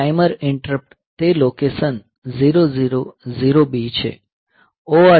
પછી timer interrupt તે location 000B છે ORG 000B H